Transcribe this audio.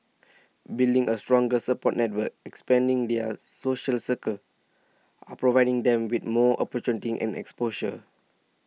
building a stronger support network expanding their social circles are providing them with more opportunities and exposure